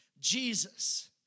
Jesus